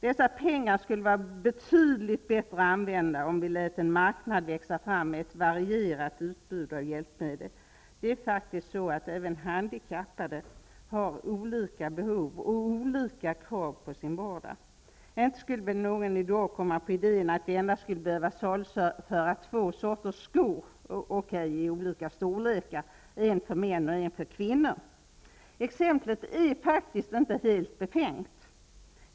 Dessa pengar skulle kunna användas betydligt bättre om vi lät en marknad växa fram med ett varierat utbud av hjälpmedel. Även handikappade har faktisk olika behov och olika krav för sin vardag. Ingen skulle väl i dag komma på idén att man endast skulle behöva saluföra två sorters skor, låt vara i olika storlekar, en för män och en för kvinnor. Exemplet är faktiskt inte helt befängt.